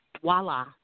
voila